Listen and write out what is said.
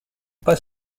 pas